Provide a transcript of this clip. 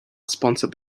sponsored